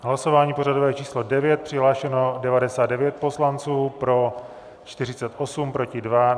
Hlasování pořadové číslo 9, přihlášeno 99 poslanců, pro 48, proti 2.